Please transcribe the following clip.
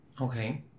okay